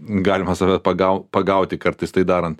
galima save pagau pagauti kartais tai darant